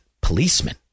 policemen